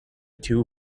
two